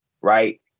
Right